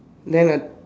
then